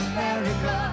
America